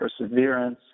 perseverance